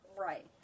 Right